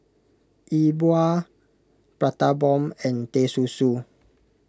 E Bua Prata Bomb and Teh Susu